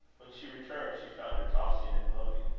when she returned, she found her tossing, and moaning,